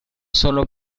solo